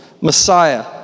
Messiah